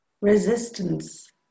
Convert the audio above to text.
resistance